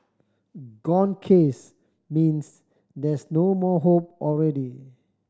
gone case means there's no more hope already